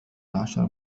عشر